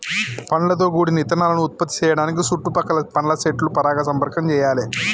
పండ్లతో గూడిన ఇత్తనాలను ఉత్పత్తి సేయడానికి సుట్టు పక్కల పండ్ల సెట్ల పరాగ సంపర్కం చెయ్యాలే